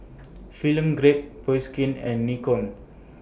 Film Grade Bioskin and Nikon